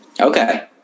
Okay